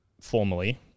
formally